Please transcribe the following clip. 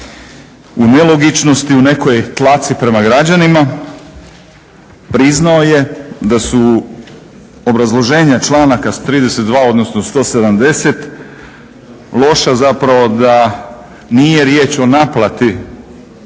u nelogičnosti, u nekoj tlaci prema građanima priznao je da su obrazloženja članaka 32., odnosno 170. loša, zapravo da nije riječ o naplati